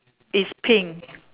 it's pink